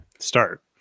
start